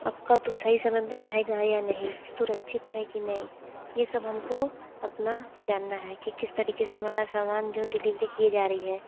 और कब सही समय पे आएगा या नहीं सुरक्षित है कि नहीं ये सब हमको अपना जानना है कि किस तरीके से हमारा सामान जो डिलिवरी की जा रही है